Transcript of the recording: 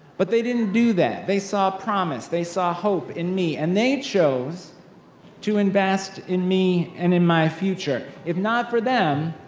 but they didn't do that, they saw promise, they saw hope in me, and they chose to invest in me and in my future. if not for them,